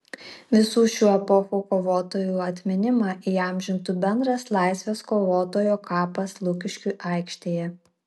visų šių epochų kovotojų atminimą įamžintų bendras laisvės kovotojo kapas lukiškių aikštėje